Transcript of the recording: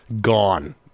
gone